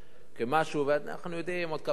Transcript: ואנחנו יודעים שעוד כמה חודשים בחירות,